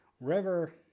River